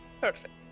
Perfect